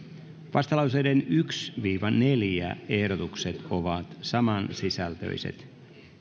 vastalauseiden yksi viiva neljä ehdotukset ovat samansisältöiset